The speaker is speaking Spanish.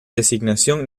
designación